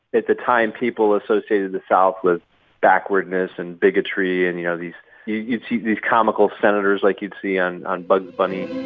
at the time, people associated the south with backwardness and bigotry and, you know, these you'd see these comical senators like you'd see and on bugs bunny.